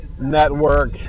network